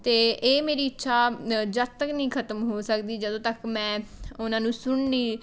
ਅਤੇ ਇਹ ਮੇਰੀ ਇੱਛਾ ਜਦ ਤੱਕ ਨਹੀਂ ਖਤਮ ਹੋ ਸਕਦੀ ਜਦੋਂ ਤੱਕ ਮੈਂ ਉਹਨਾਂ ਨੂੰ ਸੁਣ ਨਹੀਂ